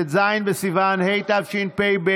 ט"ז בסיוון התשפ"ב,